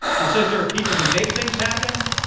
he says there are people who make things happen,